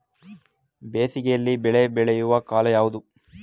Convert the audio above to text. ಬೇಸಿಗೆ ಯಲ್ಲಿ ಬೆಳೆ ಬೆಳೆಯುವ ಕಾಲ ಯಾವುದು?